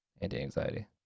Anti-anxiety